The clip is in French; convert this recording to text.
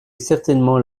certainement